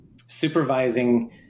supervising